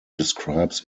describes